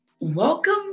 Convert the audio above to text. welcome